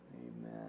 Amen